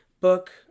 Book